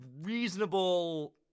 reasonable